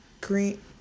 green